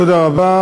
תודה רבה.